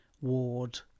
ward